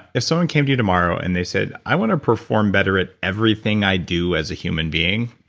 if someone came to you tomorrow and they said, i want to perform better at everything i do as a human being,